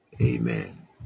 Amen